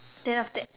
then after that